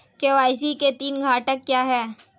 KYC के तीन घटक क्या हैं?